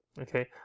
okay